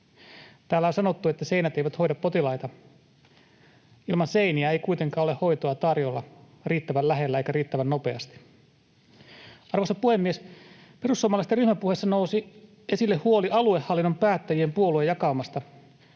Täällä on sanottu, että seinät eivät hoida potilaita. Ilman seiniä ei kuitenkaan ole hoitoa tarjolla riittävän lähellä eikä riittävän nopeasti. Arvoisa puhemies! Perussuomalaisten ryhmäpuheessa nousi esille huoli aluehallinnon päättäjien puoluejakaumasta